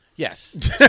Yes